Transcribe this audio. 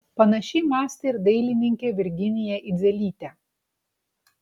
panašiai mąstė ir dailininkė virginija idzelytė